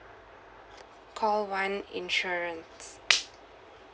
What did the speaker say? call one insurance